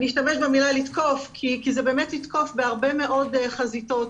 אני אשתמש במילה לתקוף כי זה באמת לתקוף בהרבה מאוד חזיתות